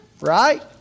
right